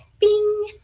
bing